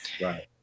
Right